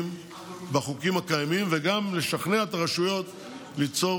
בחוקים הקיימים וגם לשכנע את הרשויות ליצור